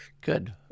Good